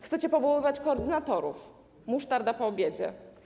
Chcecie powoływać koordynatorów - musztarda po obiedzie.